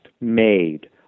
made